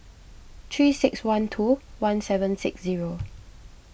three six one two one seven six zero